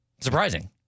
Surprising